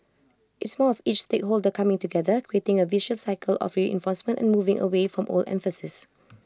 it's more of each stakeholder coming together creating A virtuous cycle of reinforcement and moving away from old emphases